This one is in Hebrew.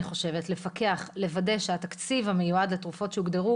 לפקח ולוודא שהתקציב המיועד לתרופות שהוגדרו